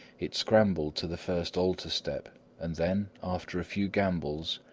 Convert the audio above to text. it scrambled to the first altar-step and then, after a few gambols,